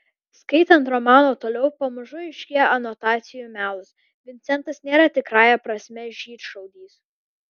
skaitant romaną toliau pamažu aiškėja anotacijų melas vincentas nėra tikrąja prasme žydšaudys